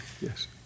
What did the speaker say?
Yes